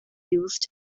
used